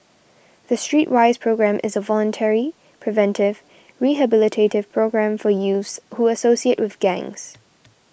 the Streetwise Programme is a voluntary preventive rehabilitative programme for youths who associate with gangs